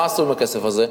מה עשו עם הכסף הזה?